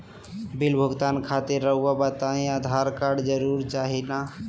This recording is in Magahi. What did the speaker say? बिल भुगतान खातिर रहुआ बताइं आधार कार्ड जरूर चाहे ना?